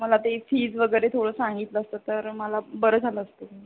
मला ते फीज वगैरे थोडं सांगितलं असतं तर मला बरं झालं असतं जरा